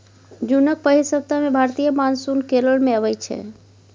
जुनक पहिल सप्ताह मे भारतीय मानसून केरल मे अबै छै